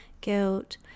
guilt